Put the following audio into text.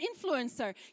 influencer